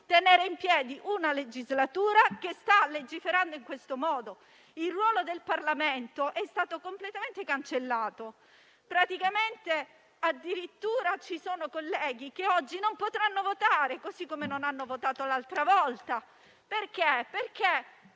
tenere in piedi una legislatura che sta legiferando in questo modo? Il ruolo del Parlamento è stato completamente cancellato. Ci sono addirittura colleghi che oggi non potranno votare, così come non hanno votato l'altra volta, a causa del